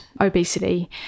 obesity